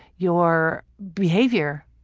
your behavior.